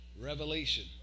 revelation